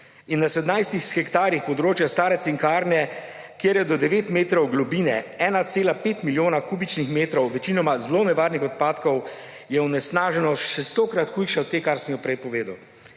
Na 17 hektarih območja stare Cinkarne, kjer je do 9 metrov globine 1,5 milijona kubičnih metrov večinoma zelo nevarnih odpadkov, je onesnaženost še stokrat hujša od te, kar sem prej povedal.